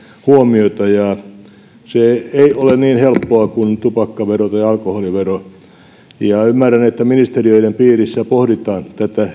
huomiota se ei ole niin helppo kuin tupakkavero tai alkoholivero ja ymmärrän että ministeriöiden piirissä pohditaan